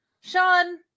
sean